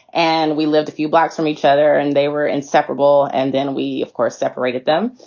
and we lived a few blocks from each other and they were inseparable. and then we, of course, separated them.